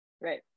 right